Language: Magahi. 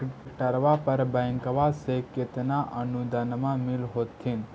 ट्रैक्टरबा पर बैंकबा से कितना अनुदन्मा मिल होत्थिन?